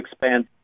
expand